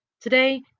Today